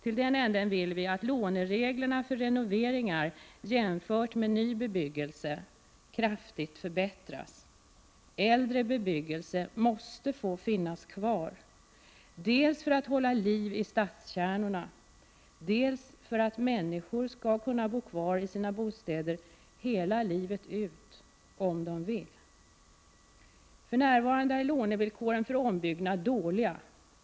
I detta sammanhang vill vi att lånereglerna för renoveringar — jämfört med reglerna för lån till ny bebyggelse — kraftigt förbättras. Äldre bebyggelse måste få finnas kvar dels för att hålla liv i stadskärnorna, dels för att människor skall kunna bo kvar i | sina bostäder — hela livet ut om de vill. För närvarande är lånevillkoren för ombyggnad dåliga.